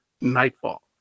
nightfall